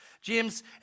James